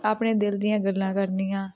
ਆਪਣੇ ਦਿਲ ਦੀਆਂ ਗੱਲਾਂ ਕਰਨੀਆਂ